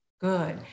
good